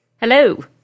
Hello